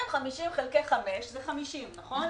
250 חלקי 5 זה 50, נכון?